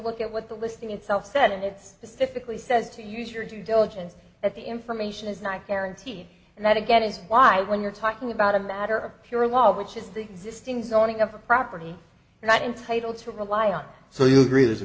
look at what the listing itself said and it's pacifically says to use your due diligence that the information is not guaranteed and that again is why when you're talking about a matter of pure law which is the existing zoning of a property you're not entitled to rely on so you agree there's a